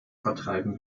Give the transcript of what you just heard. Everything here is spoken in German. vertreiben